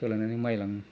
सोलायनानै माइ लाङो